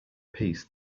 peace